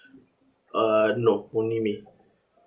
uh no only me